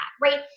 right